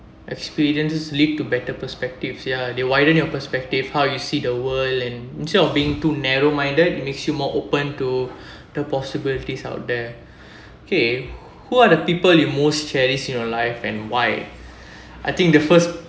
experiences lead to better perspectives ya they widen your perspective how you see the world and instead of being too narrow minded it makes you more open to the possibilities out there okay who are the people you most cherished in your life and why I think the first